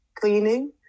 cleaning